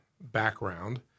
background